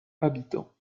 habitants